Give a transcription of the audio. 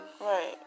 Right